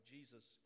Jesus